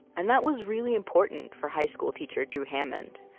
and that was really important for high school teacher drew hammond,